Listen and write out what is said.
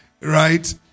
right